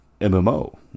mmo